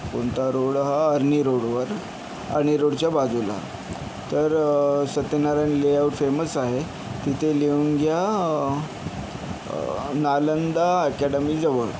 कोणता रोड हां अर्नी रोडवर अर्नी रोडच्या बाजूला तर सत्यनारायन लेआउट फेमस आहे तिथे लिहून घ्या नालंदा अकॅडमीजवळ